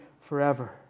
forever